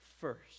first